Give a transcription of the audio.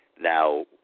now